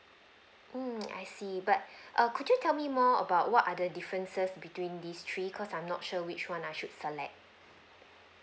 mm I see but err could you tell me more about what are the differences between these three cause I'm not sure which one I should select